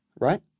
right